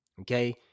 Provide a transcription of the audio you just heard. okay